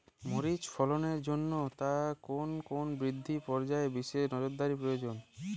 মরিচ ফলনের জন্য তার কোন কোন বৃদ্ধি পর্যায়ে বিশেষ নজরদারি প্রয়োজন?